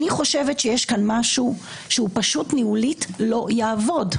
אני חושבת שיש כאן משהו שניהולית הוא לא יעבוד.